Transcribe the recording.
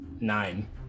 Nine